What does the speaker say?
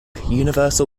universal